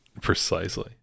Precisely